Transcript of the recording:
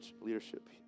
leadership